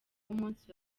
w’umunsi